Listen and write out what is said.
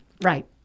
Right